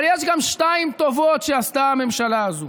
אבל יש גם שתיים טובות שעשתה הממשלה הזאת: